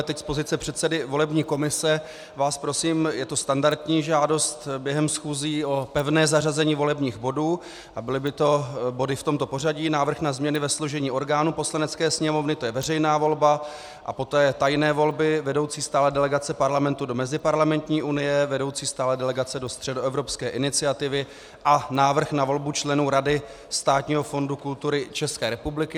Teď z pozice předsedy volební komise vás prosím, je to standardní žádost během schůzí, o pevné zařazení volebních bodů a byly by to body v tomto pořadí: Návrh na změny ve složení orgánů Poslanecké sněmovny, to je veřejná volba, a poté tajné volby vedoucí stálé delegace Parlamentu do Meziparlamentní unie, vedoucí stálé delegace do Středoevropské iniciativy a návrh na volbu členů Rady Státního fondu kultury České republiky.